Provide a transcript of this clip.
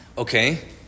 Okay